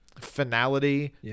finality